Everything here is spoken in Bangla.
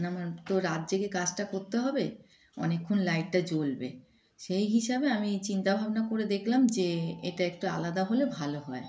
না আমার তো রাত জেগে কাজটা করতে হবে অনেকক্ষণ লাইটটা জ্বলবে সেই হিসাবে আমি চিন্তাভাবনা করে দেখলাম যে এটা একটু আলাদা হলে ভালো হয়